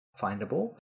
Findable